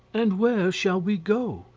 and where shall we go?